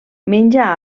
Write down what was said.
menja